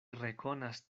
rekonas